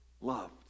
loved